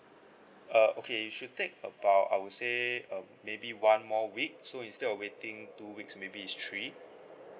uh okay it should take about I would say um maybe one more week so instead of waiting two weeks maybe it's three